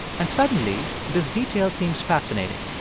and suddenly, this detail seems fascinating.